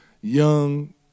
young